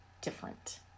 different